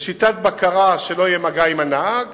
בשיטת בקרה שלא יהיה מגע עם הנהג